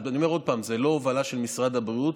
ואני אומר עוד פעם, זו לא הובלה של משרד הבריאות.